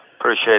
Appreciate